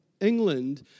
England